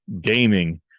gaming